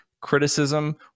criticism